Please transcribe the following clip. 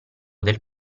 del